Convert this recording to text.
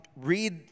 read